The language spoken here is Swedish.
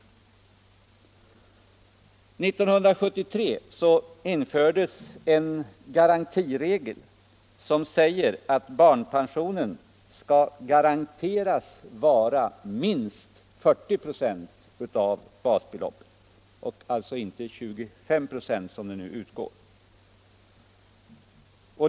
1973 infördes en garantiregel som säger att barnpensionen skall garanteras vara minst 40 96 av basbeloppet och alltså inte 25 96 som nu utgår.